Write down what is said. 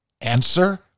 Answer